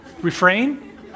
Refrain